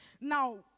Now